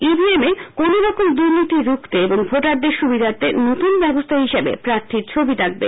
EVM এ কোনওরকম দুর্নীতি রুখতে এবং ভোটারদের সুবিধার্থে নতুন ব্যবস্থা হিসেবে প্রার্থীর ছবি থাকবে